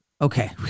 okay